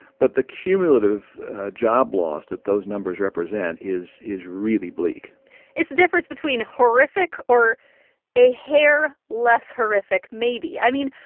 but the cumulative job loss that those numbers represent is is really bleak it's the difference between horrific or a hair less horrific, maybe. i mean,